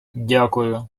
дякую